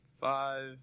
five